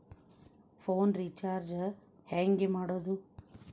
Phone recharge ಹೆಂಗೆ ಮಾಡೋದು?